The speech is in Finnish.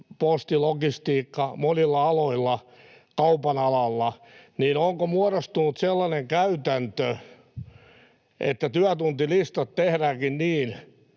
posti, logistiikka, kaupan ala, monilla aloilla — niin onko muodostunut sellainen käytäntö, että työtuntilistat tehdäänkin niin,